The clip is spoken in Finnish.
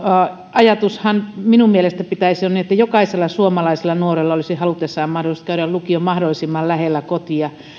ajatuksenahan minun mielestäni pitäisi olla niin että jokaisella suomalaisella nuorella olisi halutessaan mahdollisuus käydä lukio mahdollisimman lähellä kotia